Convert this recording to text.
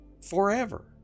forever